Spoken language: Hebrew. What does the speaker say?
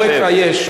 בעוד שלרדיו רק"ע יש.